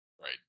Right